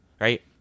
right